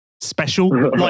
special